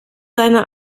seine